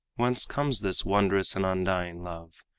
whence comes this wondrous and undying love?